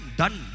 done